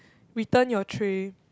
return your tray